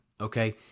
Okay